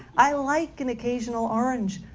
i like an occasional orange.